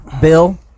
Bill